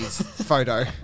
photo